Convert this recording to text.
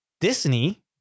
Disney